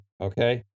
okay